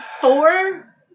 four